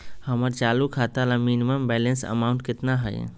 हमर चालू खाता ला मिनिमम बैलेंस अमाउंट केतना हइ?